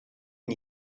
une